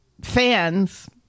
fans